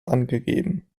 angegeben